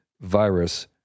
virus